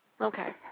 Okay